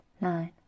Nine